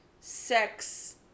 sex